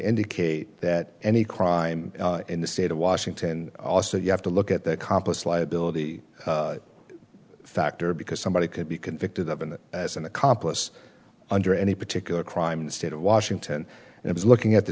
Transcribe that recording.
indicate that any crime in the state of washington also you have to look at the complex liability factor because somebody could be convicted of an as an accomplice under any particular crime in the state of washington and i was looking at the